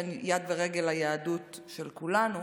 ואין יד ורגל ליהדות של כולנו,